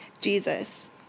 Jesus